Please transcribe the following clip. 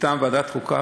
מטעם ועדת החוקה,